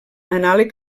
anàleg